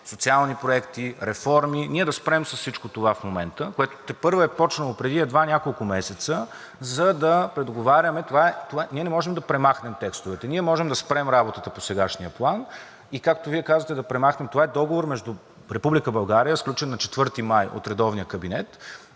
социални проекти, реформи. Ние да спрем с всичко това в момента, което тепърва е започнало преди едва няколко месеца, за да предоговаряме… Ние не можем да премахнем текстовете. Ние можем да спрем работата по сегашния план и както Вие казвате, да премахнем… Това е договор между Република България, сключен на 4 май от редовния кабинет